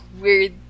weird